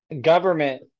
government